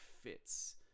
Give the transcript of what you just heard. fits